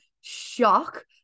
Shock